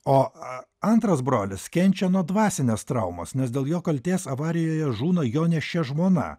o antras brolis kenčia nuo dvasinės traumos nes dėl jo kaltės avarijoje žūna jo nėščia žmona